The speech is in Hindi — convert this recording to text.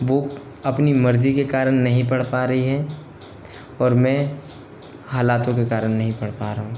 वो अपनी मर्ज़ी के कारण नहीं पढ़ पा रही है और मैं हालातों के कारण नहीं पढ़ पा रहा हूँ